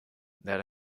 their